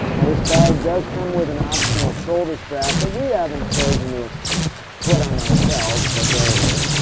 now this bag does come with an optional shoulder strap that we haven't chosen to put on ourselves, but there it is.